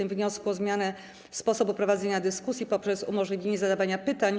Chodziło o zmianę sposobu prowadzenia dyskusji poprzez umożliwienie zadawania pytań.